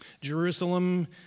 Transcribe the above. Jerusalem